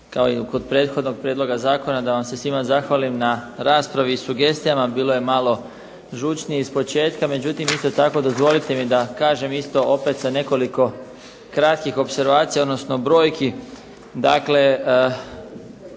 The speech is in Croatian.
kao i kod prethodnog prijedloga zakona da vam se svima zahvalim na raspravi i sugestijama. Bilo je malo žučnije ispočetka. Međutim, isto tako dozvolite mi da kažem isto opet sa nekoliko kratkih opservacija, odnosno brojki. Dakle,